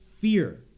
fear